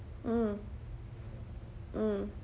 mm mm